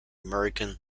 american